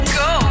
go